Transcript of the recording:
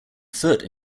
foot